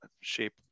shape